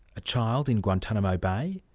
a child in guantanamo bay?